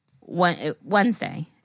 Wednesday